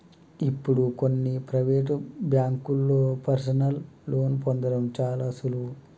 ఇప్పుడు కొన్ని ప్రవేటు బ్యేంకుల్లో పర్సనల్ లోన్ని పొందడం చాలా సులువు